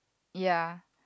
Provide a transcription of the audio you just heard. ya